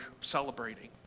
celebrating